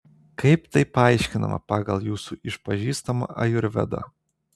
kaip tai paaiškinama pagal jūsų išpažįstamą ajurvedą